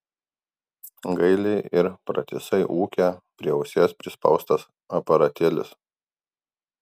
gailiai ir pratisai ūkia prie ausies prispaustas aparatėlis